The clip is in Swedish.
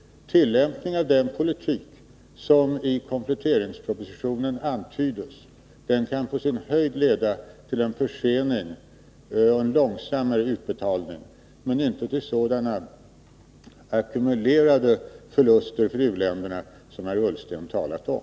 Tillämpningen av den politik som i kompletteringspropositionen antydes kan på sin höjd leda till en försening och en långsammare utbetalning men inte till sådana ackumulerade förluster för u-länderna som herr Ullsten talat om.